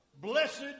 blessed